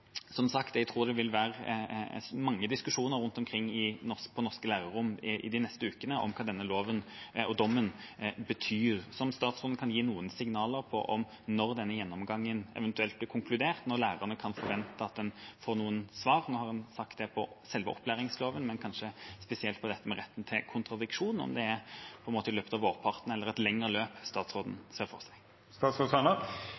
Som sagt tror jeg det vil være mange diskusjoner rundt omkring i norske lærerrom de neste ukene om hva denne loven – og dommen – betyr. Kan statsråden gi noen signaler om når denne gjennomgangen eventuelt blir konkludert, når lærerne kan få noen svar når det gjelder selve opplæringsloven, men kanskje spesielt dette med retten til kontradiksjon – om det blir i løpet av vårparten, eller om det er et lengre løp